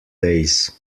days